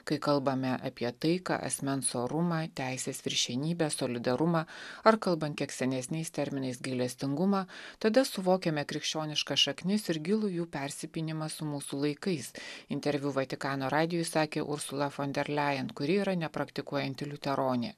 kai kalbame apie taiką asmens orumą teisės viršenybę solidarumą ar kalbant kiek senesniais terminais gailestingumą tada suvokiame krikščioniškas šaknis ir gilų jų persipynimą su mūsų laikais interviu vatikano radijui sakė ursula fonderlein kuri yra nepraktikuojanti liuteronė